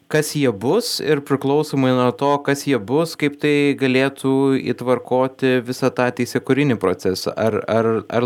kas jie bus ir priklausomai nuo to kas jie bus kaip tai galėtų įtvarkoti visą tą teisėkūrinį procesą ar ar ar